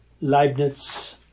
Leibniz